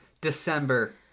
December